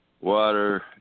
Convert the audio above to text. water